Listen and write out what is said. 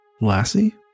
Lassie